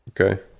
Okay